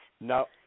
No